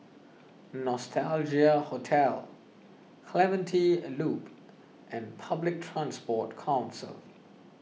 Nostalgia Hotel Clementi Loop and Public Transport Council